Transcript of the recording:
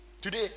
Today